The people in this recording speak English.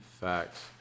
Facts